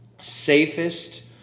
safest